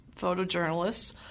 photojournalists